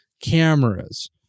cameras